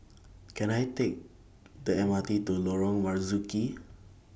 Can I Take The M R T to Lorong Marzuki